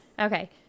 Okay